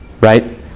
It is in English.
right